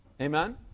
Amen